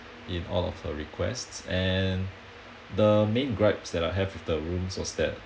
in all of her requests and the main gripes that I have with the rooms was that